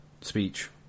speech